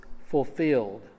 fulfilled